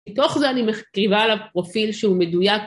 מתוך זה אני מכתיבה לפרופיל שהוא מדויק.